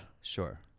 Sure